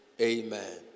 Amen